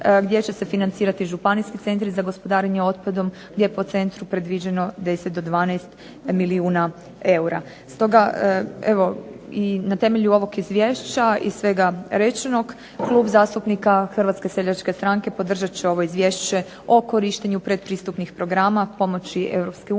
gdje će se financirati županijski centri za gospodarenje otpadom gdje je po centru predviđeno 10 do 12 milijuna eura. Stoga, evo i na temelju ovog izvješća i svega rečenog Klub zastupnika HSS-a podržat će ovo Izvješće o korištenju predpristupnih programa pomoći EU